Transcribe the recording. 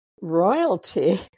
royalty